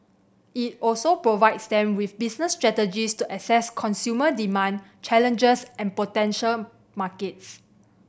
it also provides them with business strategies to assess consumer demand challenges and potential markets